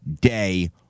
day